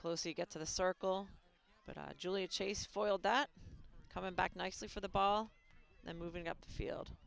closer you get to the circle but julia chase foiled that coming back nicely for the ball moving up the field